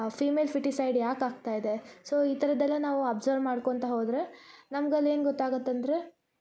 female feticide ಯಾಕೆ ಆಗ್ತಾಯಿದೆ so ಈ ಥರದೆಲ್ಲ ನಾವು ಅಬ್ಸರ್ವ್ ಮಾಡ್ಕೊಳ್ತಾ ಹೋದರೆ ನಮ್ಗ ಅಲ್ಲೇನ್ ಗೊತ್ತಾಗತ್ತೆ ಅಂದರೆ